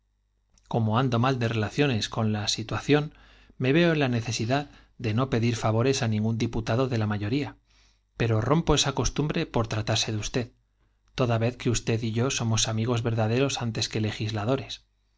como ando mal de relaciones con la situación me veo en la necesidad de pedir favores á no ningún diputado de la mayoría pero rompo esta costumbre por tratarse de usted toda vez que usted y yo somos amigos verdaderos antes que legisladores